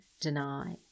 deny